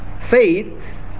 faith